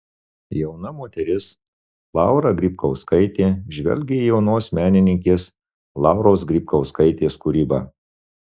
jauna moteris laura grybkauskaitė žvelgia į jaunos menininkės lauros grybkauskaitės kūrybą